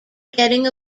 getting